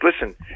Listen